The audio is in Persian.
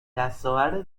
دستاورد